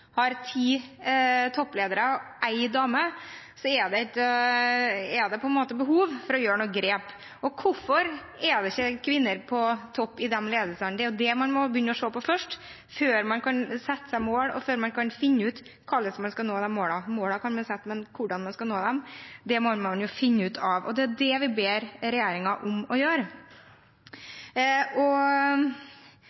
har ti toppledere, hvorav én dame, er det behov for å gjøre noen grep. Hvorfor er det ikke kvinner på topp i de ledelsene? Det er det man må begynne å se på først, før man kan sette seg mål, og før man kan finne ut hvordan man skal nå dem – målene kan man sette, men hvordan man skal nå dem, må man finne ut av. Det er det vi ber regjeringen om å gjøre. Det er også litt interessant å vise til at Høyre har vært veldig opptatt av å få kvinner inn i ledelser og